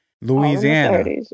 Louisiana